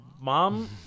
Mom